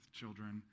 children